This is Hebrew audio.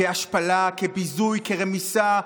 כהשפלה, כביזוי, כרמיסה.